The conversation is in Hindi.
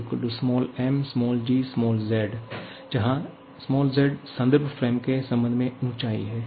PEmgz जहां z संदर्भ फ्रेम के संबंध में ऊंचाई है